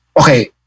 okay